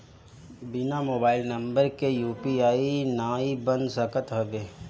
बिना mobile number के UPI नाइ बन सकत हवे